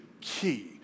key